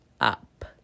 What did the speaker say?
up